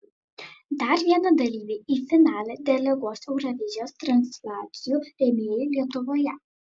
dar vieną dalyvį į finalą deleguos eurovizijos transliacijų rėmėjai lietuvoje